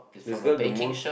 is got the most